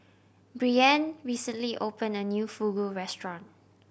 brianne recently opened a new Fugu Restaurant